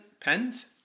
pens